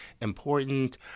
important